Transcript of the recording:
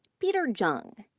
peter jung,